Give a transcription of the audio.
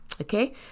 Okay